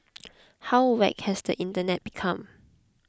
how whacked has the internet become